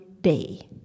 day